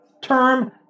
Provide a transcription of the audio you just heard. term